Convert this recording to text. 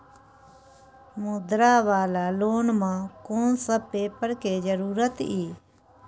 मुद्रा वाला लोन म कोन सब पेपर के जरूरत इ?